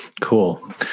Cool